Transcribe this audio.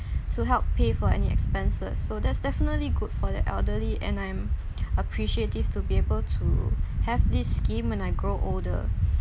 to help pay for any expenses so that's definitely good for the elderly and I'm appreciative to be able to have this scheme when I grow older